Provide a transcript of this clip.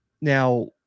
Now